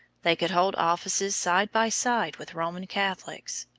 they could hold offices side by side with roman catholics,